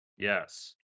Yes